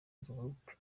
group